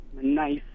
nice